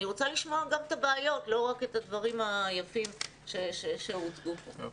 אני רוצה לשמוע גם את הבעיות ולא רק את הדברים היפים שהוצגו כאן.